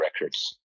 records